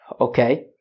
Okay